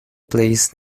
place